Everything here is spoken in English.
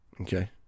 Okay